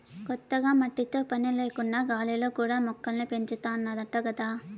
కొత్తగా మట్టితో పని లేకుండా గాలిలో కూడా మొక్కల్ని పెంచాతన్నారంట గదా